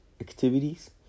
activities